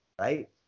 right